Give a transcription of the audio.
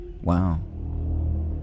Wow